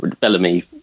Bellamy